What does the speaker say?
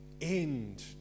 end